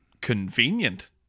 convenient